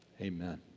amen